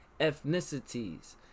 ethnicities